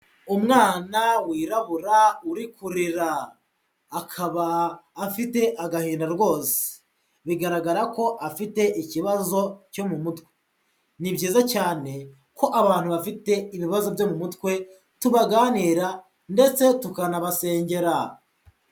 Umwana wirabura uri kurera, akaba afite agahinda rwose, bigaragara ko afite ikibazo cyo mu mutwe, ni byizayiza cyane ko abantu bafite ibibazo byo mu mutwe tubaganira ndetse tukanabasengera.